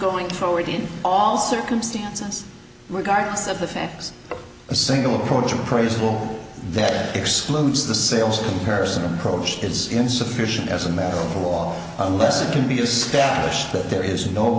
going forward in all circumstances regardless of the facts a single approach appraisal that excludes the sales person approach is insufficient as a matter of law unless it can be established that there is no